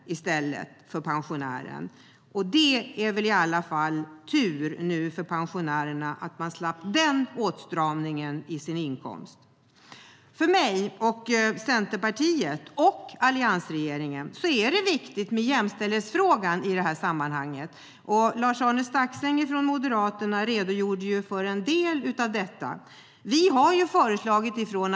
Det är tur för pensionärerna att de nu slapp den åtstramningen i sina inkomster. För mig, Centerpartiet och Alliansen är jämställdhetsfrågan viktig i sammanhanget. Lars-Arne Staxäng från Moderaterna redogjorde för en del av detta.